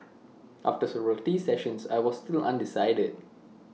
after several tea sessions I was still undecided